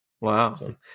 wow